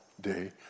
day